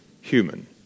human